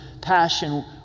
passion